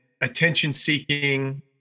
attention-seeking